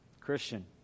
Christian